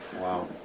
Wow